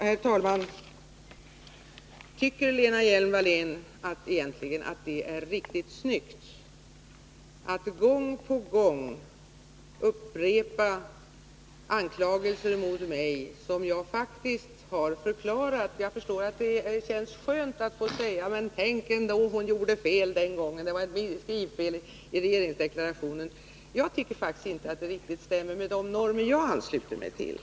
Herr talman! Tycker Lena Hjelm-Wallén egentligen att det är riktigt snyggt att gång på gång upprepa anklagelser mot mig för saker som jag faktiskt har förklarat? Jag förstår att det känns skönt att få säga: Tänk ändå, hon gjorde fel den gången! Det var ett skrivfel i regeringsdeklarationen. En sådan debatteknik stämmer i varje fall inte överens med de normer jag ansluter mig till.